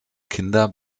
kinder